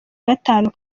gatanu